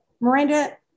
Miranda